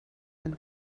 and